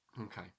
Okay